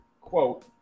quote